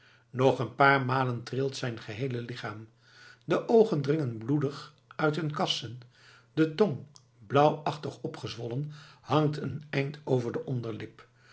nog een paar malen trilt zijn geheele lichaam de oogen dringen bloedig uit hun kassen de tong blauwachtig opgezwollen hangt een eind over de onderlip